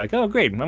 like oh great,